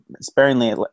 sparingly